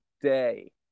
day